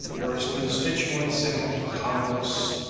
or his constituents sent him to congress,